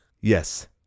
Yes